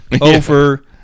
over